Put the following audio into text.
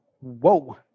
Whoa